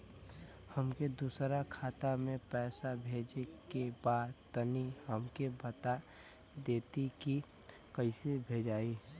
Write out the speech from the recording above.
हमके दूसरा खाता में पैसा भेजे के बा तनि हमके बता देती की कइसे भेजाई?